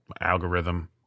algorithm